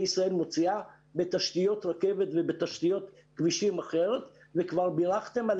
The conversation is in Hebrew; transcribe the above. ישראל מוציאה בתשתיות רכבת ובתשתיות כבישים וכבר בירכתם על